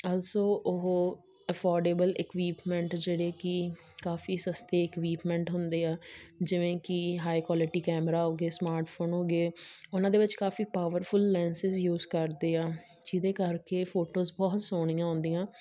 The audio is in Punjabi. ਆਲਸੋ ਉਹ ਅਫੋਰਡਏਬਲ ਇਕਉਵਮੈਂਟ ਜਿਹੜੇ ਕਿ ਕਾਫੀ ਸਸਤੇ ਇਕਉਵਮੈਂਟ ਹੁੰਦੇ ਆ ਜਿਵੇਂ ਕਿ ਹਾਈ ਕੁਆਲਿਟੀ ਕੈਮਰਾ ਹੋ ਗਏ ਸਮਾਰਟਫੋਨ ਹੋ ਗਏ ਉਹਨਾਂ ਦੇ ਵਿੱਚ ਕਾਫੀ ਪਾਵਰਫੁਲ ਲੈਂਨਜ਼ਿਸ ਯੂਜ ਕਰਦੇ ਆ ਜਿਹਦੇ ਕਰਕੇ ਫੋਟੋਸ ਬਹੁਤ ਸੋਹਣੀਆਂ ਆਉਂਦੀਆਂ